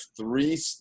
three